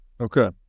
Okay